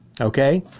Okay